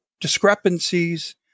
discrepancies